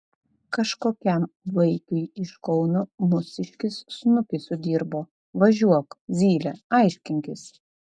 kažkokiam vaikiui iš kauno mūsiškis snukį sudirbo važiuok zyle aiškinkis